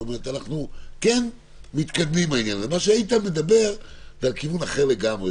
פה איתן מדבר על כיוון אחר לגמרי,